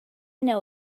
know